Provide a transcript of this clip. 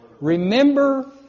Remember